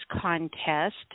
contest